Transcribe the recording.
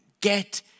get